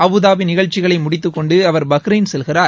Abu Dhabi நிகழ்ச்சிகளை முடித்துக் கொண்டு அவர் பஹ்ரைன் செல்கிறார்